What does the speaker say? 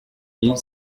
mille